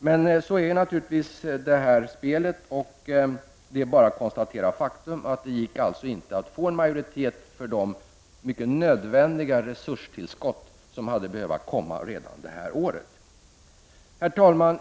Men så är det här spelet, och det är bara att konstatera faktum, nämligen att det inte gick att skapa en majoritet för de mycket nödvändiga resurstillskott som hade behövt ske redan detta år. Herr talman!